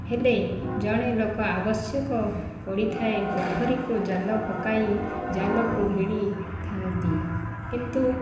ହେଲେ ଜଣେ ଲୋକ ଆବଶ୍ୟକ ପଡ଼ିଥାଏ ପୋଖରୀକୁ ଜାଲ ପକାଇ ଜାଲକୁ ଭିଡିଥାନ୍ତି କିନ୍ତୁ